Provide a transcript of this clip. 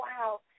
wow